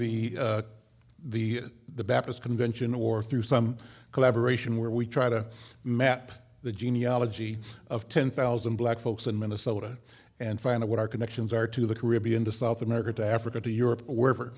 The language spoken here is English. the the the baptist convention or through some collaboration where we try to map the genealogy of ten thousand black folks in minnesota and find out what our connections are to the caribbean to south america to africa to europe or wherever